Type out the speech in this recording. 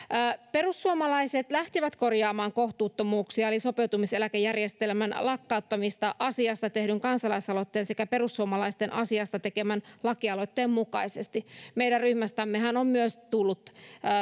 perussuomalaiset lähtivät korjaamaan kohtuuttomuuksia eli sopeutumiseläkejärjestelmän lakkauttamista asiasta tehdyn kansalaisaloitteen sekä perussuomalaisten asiasta tekemän lakialoitteen mukaisesti meidän ryhmästämmehän on tullut myös